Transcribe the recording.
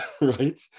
right